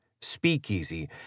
Speakeasy